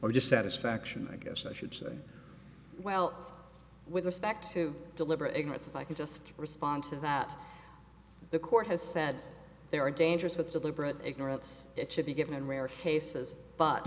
or just satisfaction i guess i should say well with respect to deliberate ignorance i can just respond to that the court has said there are dangers with deliberate ignorance it should be given in rare cases but